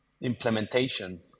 implementation